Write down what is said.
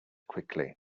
quickly